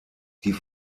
die